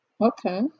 Okay